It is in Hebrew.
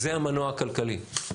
זה המנוע הכלכלי.